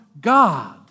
God